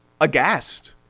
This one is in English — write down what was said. aghast